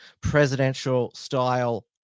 presidential-style